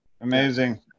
Amazing